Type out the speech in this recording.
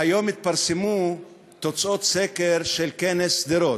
והיום התפרסמו תוצאות סקר של כנס שדרות: